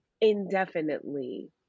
indefinitely